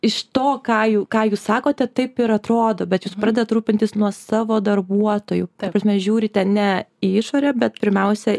iš to ką jūs ką jūs sakote taip ir atrodo bet jūs pradedat rūpintis nuo savo darbuotojų ta prasme žiūrite ne į išorę bet pirmiausia